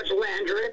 Landry